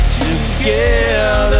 together